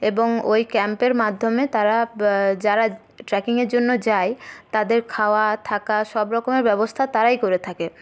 এবং ওই ক্যাম্পের মাধ্যমে তারা যারা ট্রেকিংয়ের জন্য যায় তাদের খাওয়া থাকা সবরকমের ব্যবস্থা তারাই করে থাকে